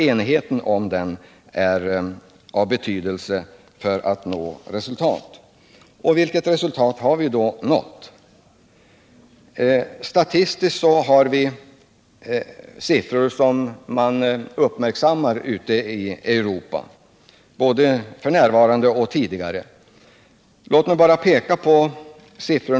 Enigheten om den politiken är av stor betydelse för att vi skall kunna nå ännu bättre resultat. Vilka resultat har vi då nått hittills? Ja, statistiskt kan vi redovisa siffror som man tidigare uppmärksammat och som f.n. uppmärksammas ute i Europa. Låt mig bara peka på några siffror.